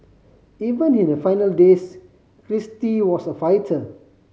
even in her final days Kristie was a fighter